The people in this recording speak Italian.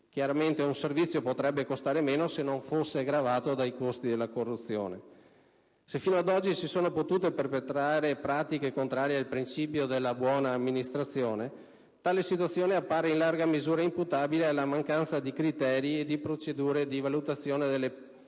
Chiaramente, un servizio potrebbe costare di meno se non fosse gravato dai costi della corruzione. Se fino ad oggi si sono potute perpetrare pratiche contrarie al principio della buona amministrazione, tale situazione appare in larga misura imputabile alla mancanza di criteri e di procedure di valutazione delle politiche